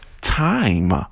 time